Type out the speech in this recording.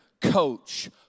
coach